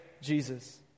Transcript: Jesus